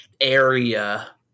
area